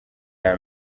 iya